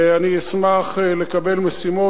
ואני אשמח לקבל משימות,